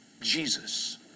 Jesus